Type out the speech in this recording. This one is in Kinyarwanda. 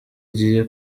igiye